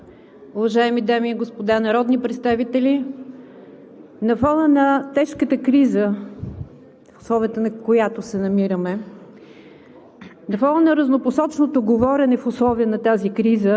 Уважаема госпожо Председател, уважаеми дами и господа народни представители! На фона на тежката криза, в условията на която се намираме,